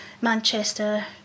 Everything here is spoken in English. Manchester